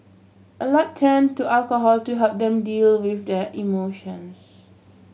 a lot turn to alcohol to help them deal with their emotions